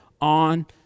on